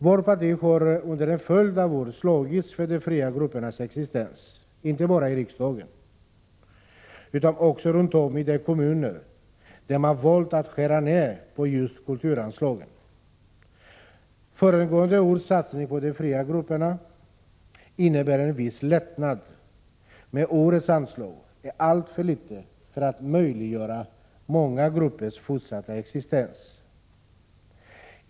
Vårt parti har under en följd av år slagits för de fria gruppernas existens, inte bara i riksdagen utan också runt om i de kommuner där man valt att skära ned på just kulturanslagen. Föregående års satsning på de fria grupperna innebar en viss lättnad, men årets anslag är alltför litet för att möjliggöra många gruppers fortsatta existens.